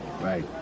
Right